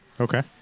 Okay